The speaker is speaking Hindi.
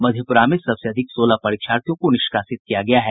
मधेपुरा में सबसे अधिक सोलह परीक्षार्थियों को निष्कासित किया गया है